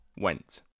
went